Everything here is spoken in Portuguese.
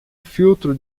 filtro